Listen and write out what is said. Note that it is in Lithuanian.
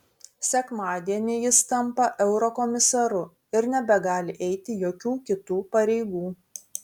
sekmadienį jis tampa eurokomisaru ir nebegali eiti jokių kitų pareigų